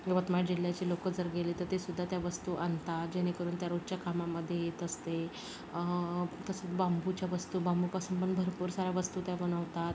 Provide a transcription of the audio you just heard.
यवतमाळ जिल्ह्याचे लोक जर गेले तर तेसुद्धा त्या वस्तू आणतात जेणेकरून त्या रोजच्या कामामध्ये येत असते तसंच बांबूच्या वस्तू बांबूपासून पण भरपूर साऱ्या वस्तू त्या बनवतात